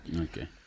Okay